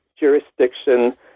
jurisdiction